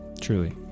truly